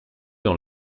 dans